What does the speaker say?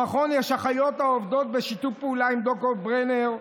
במכון יש אחיות העובדות בשיתוף פעולה עם ד"ר ברנר,